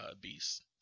Beast